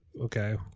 Okay